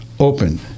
open